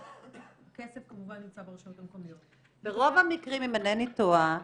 כסף כמובן נמצא ברשויות המקומיות -- אם אינני טועה,